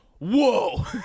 whoa